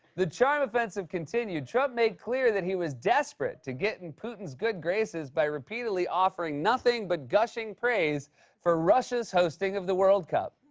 the charm offensive continued. trump made clear that he was desperate to get in putin's good graces by repeatedly offering nothing but gushing praise for russia's hosting of the world cup.